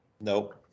Nope